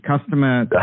customer